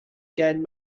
gain